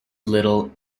little